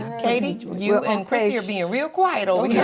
katie, you and crissie are being real quiet over yeah